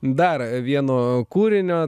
dar vieno kūrinio